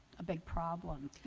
a big problem,